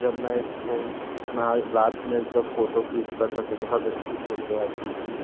जब मैं इसको ना रात में जब फ़ोटो खींचता था तो बहुत अच्छी फ़ोटो आती थी